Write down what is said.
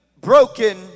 broken